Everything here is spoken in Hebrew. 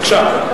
בבקשה.